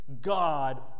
God